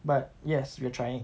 but yes we're trying